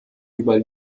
über